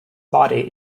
body